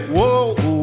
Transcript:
Whoa